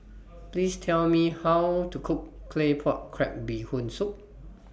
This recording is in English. Please Tell Me How to Cook Claypot Crab Bee Hoon Soup